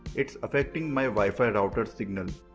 it's affecting my wifi routers signal.